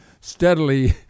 steadily